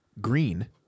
green